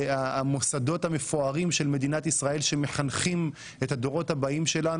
המוסדות המפוארים של מדינת ישראל שמחנכים את הדורות הבאים שלנו.